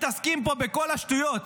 מתעסקים פה בכל השטויות.